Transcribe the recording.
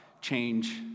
change